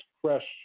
fresh